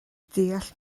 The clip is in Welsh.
deall